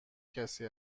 کسی